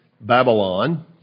Babylon